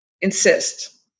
insist